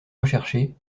recherché